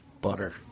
Butter